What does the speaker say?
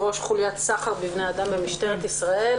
ראש חוליית סחר בבני אדם במשטרת ישראל.